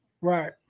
Right